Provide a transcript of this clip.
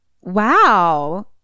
Wow